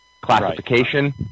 classification